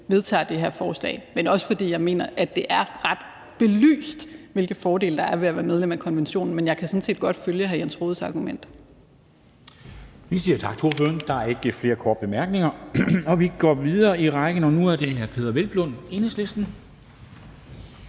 vedtager det her forslag – men også fordi jeg mener, at det er ret godt belyst, hvilke fordele der er ved at være med i konventionen. Men jeg kan sådan set godt følge hr. Jens Rohdes argument.